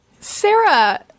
Sarah